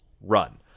run